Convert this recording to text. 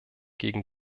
gegen